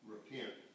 Repent